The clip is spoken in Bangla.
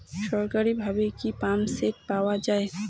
সরকারিভাবে কি পাম্পসেট পাওয়া যায়?